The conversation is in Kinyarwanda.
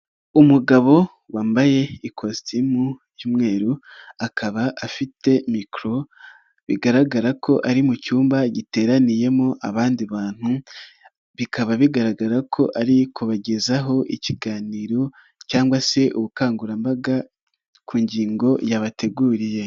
Umugabo wambaye ikositimu y'umweru, akaba afite mikoro bigaragara ko ari mu cyumba giteraniyemo abandi bantu, bikaba bigaragara ko ari kubagezaho ikiganiro cyangwa se ubukangurambaga ku ngingo yabateguriye.